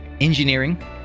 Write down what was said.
engineering